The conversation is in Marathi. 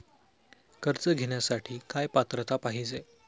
कर्ज घेण्यासाठी काय पात्रता पाहिजे?